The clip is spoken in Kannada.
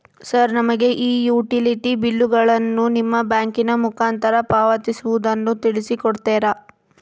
ಸರ್ ನಮಗೆ ಈ ಯುಟಿಲಿಟಿ ಬಿಲ್ಲುಗಳನ್ನು ನಿಮ್ಮ ಬ್ಯಾಂಕಿನ ಮುಖಾಂತರ ಪಾವತಿಸುವುದನ್ನು ತಿಳಿಸಿ ಕೊಡ್ತೇರಾ?